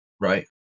right